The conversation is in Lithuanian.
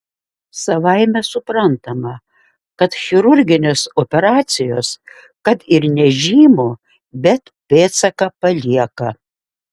savaime suprantama kad chirurginės operacijos kad ir nežymų bet pėdsaką palieka